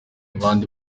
abandi